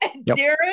Darren